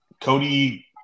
Cody